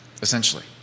essentially